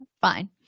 Fine